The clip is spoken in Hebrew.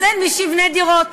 אז אין מי שיבנה דירות.